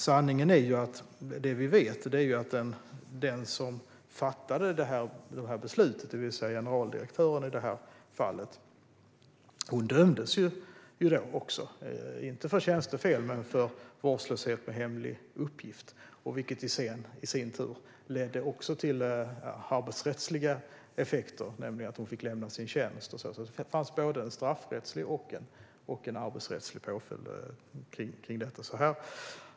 Sanningen är ju att det vi vet är att den som fattade detta beslut, det vill säga generaldirektören i det här fallet, också dömdes, dock inte för tjänstefel utan för vårdslöshet med hemlig uppgift. Detta ledde i sin tur till arbetsrättsliga effekter, nämligen att hon fick lämna sin tjänst. Det fanns alltså både en straffrättslig och en arbetsrättslig påföljd av detta.